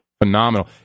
Phenomenal